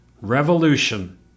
revolution